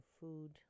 food